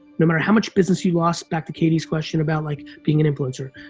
no matter how much business you lost, back to katee's question about like being an influencer,